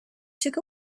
took